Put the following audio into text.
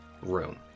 room